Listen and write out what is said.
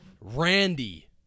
Randy